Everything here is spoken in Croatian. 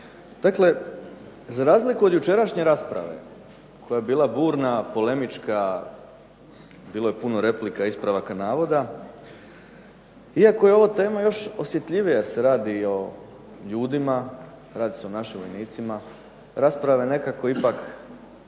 Dakle za razliku od jučerašnje rasprave koja je bila burna, polemička, bilo je puno replika, ispravaka navoda, iako je ovo tema još osjetljivija, jer se radi o ljudima, radi se o našim vojnicima, rasprava je nekako ipak